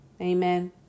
Amen